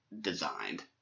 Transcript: designed